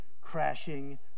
crashing